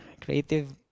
creative